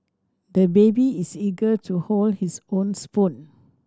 the baby is eager to hold his own spoon